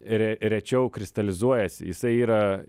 re rečiau kristalizuojasi jisai yra